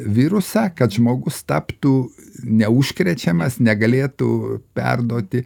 virusą kad žmogus taptų neužkrečiamas negalėtų perduoti